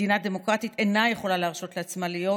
מדינה דמוקרטית אינה יכולה להרשות לעצמה להיות